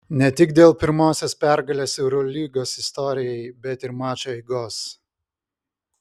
ne tik dėl pirmosios pergalės eurolygos istorijoje bet ir mačo eigos